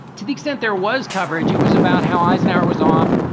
to the extent there was coverage, it was about how eisenhower was off.